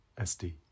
SD